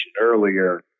earlier